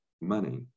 money